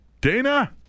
Dana